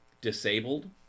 disabled